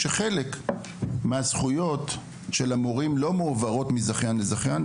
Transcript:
שחלק מהזכויות של המורים לא מועברות מזכיין לזכיין,